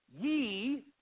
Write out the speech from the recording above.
ye